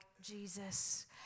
Jesus